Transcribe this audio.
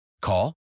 Call